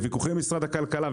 והיו כאן ויכוחים עם משרד הכלכלה,